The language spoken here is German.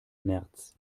märz